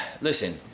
listen